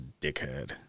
dickhead